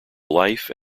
life